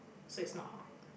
so it's not hot